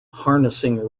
harnessing